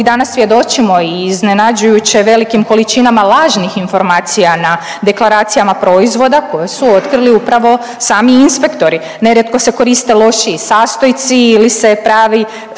Ovih dana svjedočimo i iznenađujuće velikim količinama lažnih informacija na deklaracijama proizvoda koje su otkrili upravo sami inspektori. Nerijetko se koriste lošiji sastojci ili se pravi